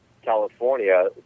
California